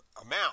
amount